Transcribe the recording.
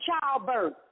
childbirth